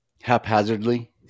haphazardly